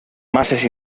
masses